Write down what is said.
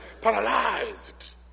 paralyzed